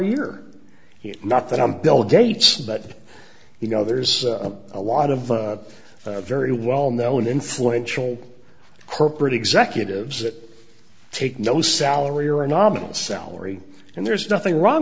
a year not that i'm bill gates but you know there's a lot of very well known influential corporate executives that take no salary or a nominal salary and there's nothing wrong